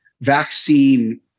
vaccine